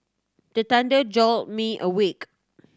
the thunder jolt me awake